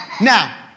Now